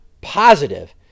positive